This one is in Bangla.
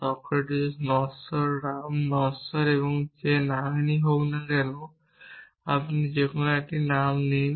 সক্রেটিক নশ্বর রাম নশ্বর যেই হোক না কেন আপনি যে কেউ আমাকে একটি নাম দিন